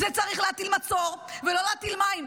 זה, צריך להטיל מצור, ולא להטיל מים.